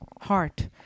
heart